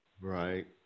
Right